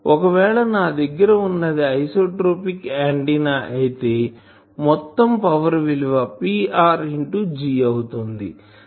ఒకవేళ నా దగ్గర వున్నది ఐసోట్రోపిక్ ఆంటిన్నా అయితే మొత్తం పవర్ విలువ Pr ఇంటూ G అవుతుంది